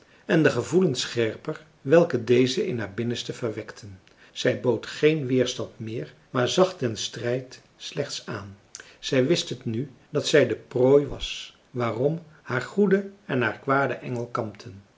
en de gevoelens scherper welke dezen in haar binnenste verwekten zij bood geen weerstand meer maar zag den strijd slechts aan zij wist het nu dat zij de prooi was waarom haar goede en haar kwade engel kampten